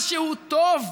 משהו טוב,